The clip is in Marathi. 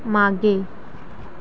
मागे